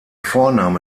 vorname